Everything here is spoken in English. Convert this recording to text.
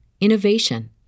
innovation